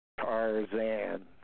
Tarzan